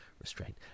restraint